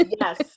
yes